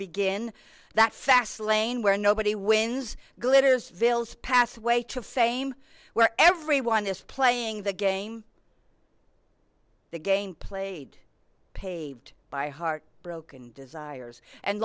begin that faslane where nobody wins glitters vales pathway to fame where everyone is playing the game the game played paved by heart broken desires and